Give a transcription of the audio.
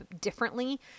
differently